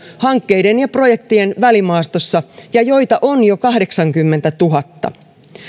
hankkeiden ja projektien välimaastossa ja joita on jo kahdeksankymmentätuhatta